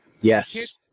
yes